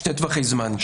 שני טווחי זמן.